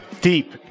Deep